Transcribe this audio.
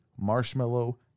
Marshmallow